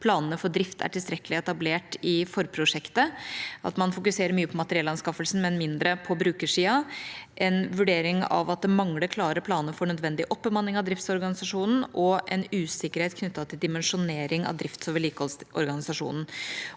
planene for drift er tilstrekkelig etablert i forprosjektet, og at man fokuserer mye på materiellanskaffelsen, men mindre på brukersida. Videre er det at det mangler klare planer for nødvendig oppbemanning av driftsorganisasjonen, at det er usikkerhet knyttet til dimensjonering av drifts- og vedlikeholdsorganisasjonen,